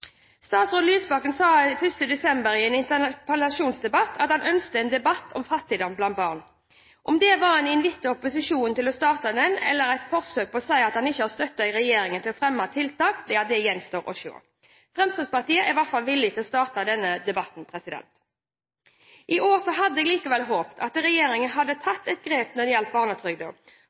Statsråd Lysbakken sa 1. desember i interpellasjonsdebatt at han ønsket en debatt om fattigdom blant barn. Om det var en invitt til opposisjonen til å starte den, eller et forsøk på å si at han ikke har støtte i regjeringen til å fremme tiltak, gjenstår å se. Fremskrittspartiet er i hvert fall villig til å starte denne debatten. I år hadde jeg likevel håpet at regjeringen i budsjettet hadde tatt et grep når det gjelder barnetrygden